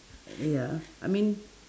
ya I mean